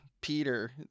Peter